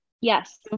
yes